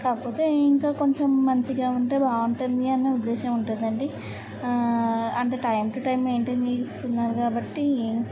కాకపోతే ఇంకా కొంచెం మంచిగా ఉంటే బాగుంటుంది అన్న ఉద్దేశం ఉంటుంది అండి అంటే టైం టూ టైం మెయింటైన్ చేస్తున్నారు కాబట్టి